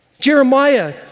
Jeremiah